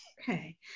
Okay